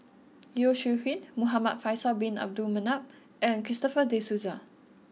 Yeo Shih Yun Muhamad Faisal bin Abdul Manap and Christopher De Souza